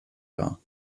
dar